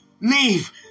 Leave